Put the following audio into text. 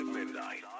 Midnight